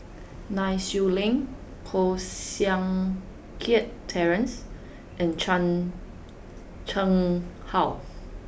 Nai Swee Leng Koh Seng Kiat Terence and Chan Chang How